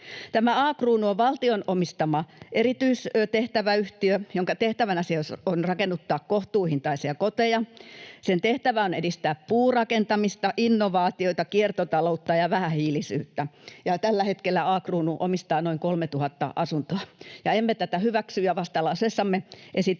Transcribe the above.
Tämä A-Kruunu on valtion omistama erityistehtäväyhtiö, jonka tehtävänä siis on rakennuttaa kohtuuhintaisia koteja. Sen tehtävänä on edistää puurakentamista, innovaatioita, kiertotaloutta ja vähähiilisyyttä, ja tällä hetkellä A-Kruunu omistaa noin 3 000 asuntoa. Emme tätä hyväksy, ja vastalauseessamme esitämme,